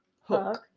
Hook